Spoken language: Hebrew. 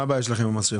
מה הבעיה שלכם עם מס שבח?